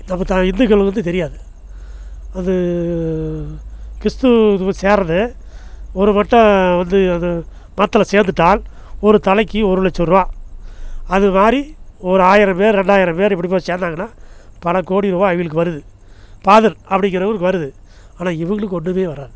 இந்துக்களுக்கு வந்து தெரியாது அது கிறிஸ்து இது சேருறது ஒரு மட்டும் வந்து அந்த மதத்தில் சேந்துவிட்டால் ஒரு தலைக்கு ஒரு லட்ச ரூபா அது மாதிரி ஒரு ஆயிரம் பேர் ரெண்டாயிரம் பேர் இப்படி போய் சேர்ந்தாங்கன்னா பலக்கோடி ரூபாய் அவிங்களுக்கு வருது பாதர் அப்படிங்கிறவருக்கு வருது ஆனால் இவங்களுக்கு ஒன்றுமே வராது